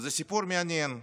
וזה סיפור מעניין.